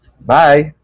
bye